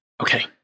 Okay